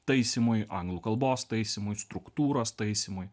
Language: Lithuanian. taisymui anglų kalbos taisymui struktūros taisymui